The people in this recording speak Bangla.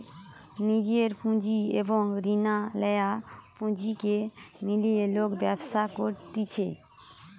নিজের পুঁজি এবং রিনা লেয়া পুঁজিকে মিলিয়ে লোক ব্যবসা করতিছে